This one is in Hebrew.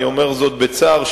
אני אומר זאת בצער,